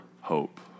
hope